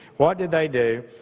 what did they do?